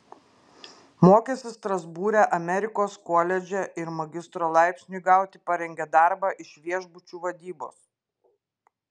mokėsi strasbūre amerikos koledže ir magistro laipsniui gauti parengė darbą iš viešbučių vadybos